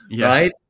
Right